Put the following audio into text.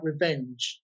revenge